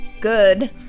good